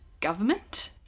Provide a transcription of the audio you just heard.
government